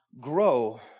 grow